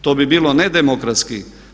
To bi bilo ne demokratski.